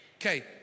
Okay